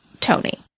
Tony